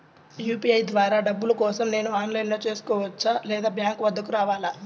UPI ద్వారా డబ్బులు కోసం నేను ఆన్లైన్లో చేసుకోవచ్చా? లేదా బ్యాంక్ వద్దకు రావాలా?